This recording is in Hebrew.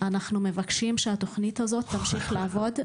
אנחנו מבקשים שהתוכנית הזאת תמשיך לעבוד,